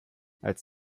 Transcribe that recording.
als